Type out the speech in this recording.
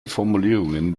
formulierungen